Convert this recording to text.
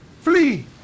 Flee